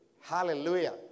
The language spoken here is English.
Hallelujah